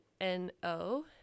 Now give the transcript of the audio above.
N-O